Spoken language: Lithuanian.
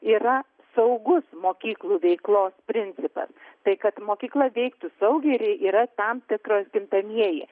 yra saugus mokyklų veiklos principas tai kad mokykla veiktų saugiai ir yra tam tikri kintamieji